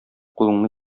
кулыңны